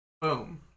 boom